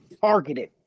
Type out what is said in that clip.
targeted